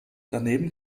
daneben